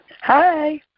Hi